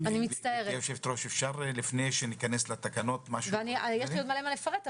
ויש לי עוד מלא מה לפרט,